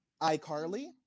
iCarly